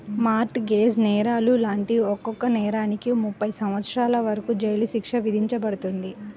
mart gauge నేరాలు లాంటి ఒక్కో నేరానికి ముప్పై సంవత్సరాల వరకు జైలు శిక్ష విధించబడుతుంది